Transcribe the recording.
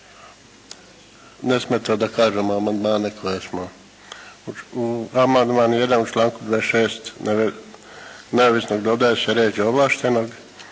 ne smeta da kažemo amandmane koje smo. Amandman 1. u članku 26. neovisno dodaje se riječ "ovlaštenog",